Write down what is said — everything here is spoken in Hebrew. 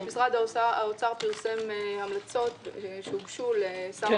משרד האוצר פרסם המלצות שהוגשו לשר האוצר.